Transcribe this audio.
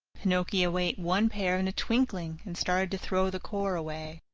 pinocchio ate one pear in a twinkling and started to throw the core away,